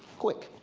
quick,